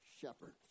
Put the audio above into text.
shepherds